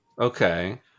Okay